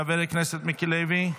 חבר הכנסת מיקי לוי.